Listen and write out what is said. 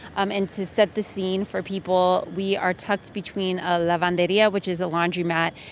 um and to set the scene for people, we are tucked between a lavanderia, which is a laundromat,